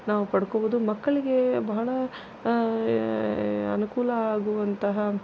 ನಾವು ಪಡ್ಕೊಬೋದು ಮಕ್ಕಳಿಗೆ ಬಹಳ ಅನುಕೂಲ ಆಗುವಂತಹ